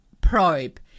probe